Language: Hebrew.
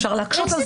אפשר להקשות על זה.